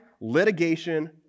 litigation